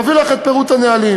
נביא לך את פירוט הנהלים.